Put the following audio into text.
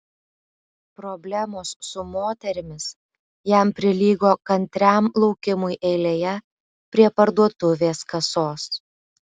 problemos su moterimis jam prilygo kantriam laukimui eilėje prie parduotuvės kasos